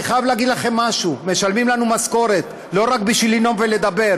אני חייב להגיד לכם משהו: משלמים לנו משכורת לא רק בשביל לנאום ולדבר,